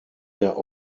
der